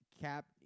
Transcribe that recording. Cap